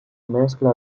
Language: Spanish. mezcla